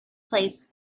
plates